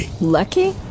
Lucky